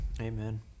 Amen